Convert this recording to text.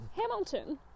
Hamilton